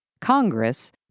Congress